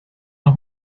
los